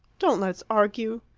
don't let's argue!